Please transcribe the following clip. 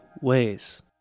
ways